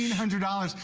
hundred dollars.